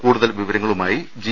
കൂടുതൽ വിവരങ്ങളുമായി ജി